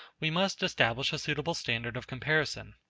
we must establish a suitable standard of comparison.